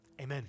amen